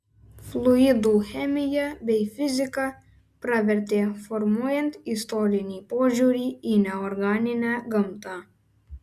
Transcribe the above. fluidų chemija bei fizika pravertė formuojant istorinį požiūrį į neorganinę gamtą